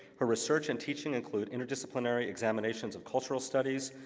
her research and teaching include interdisciplinary examinations of cultural studies,